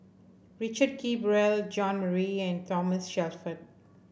Richard Kee Beurel Jean Marie and Thomas Shelford